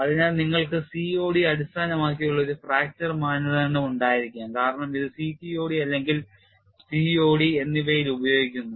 അതിനാൽ നിങ്ങൾക്ക് COD അടിസ്ഥാനമാക്കിയുള്ള ഒരു ഫ്രാക്ചർ മാനദണ്ഡം ഉണ്ടായിരിക്കാം കാരണം ഇത് CTOD അല്ലെങ്കിൽ COD എന്നിവയിൽ ഉപയോഗിക്കുന്നു